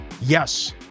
Yes